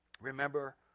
remember